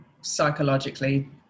psychologically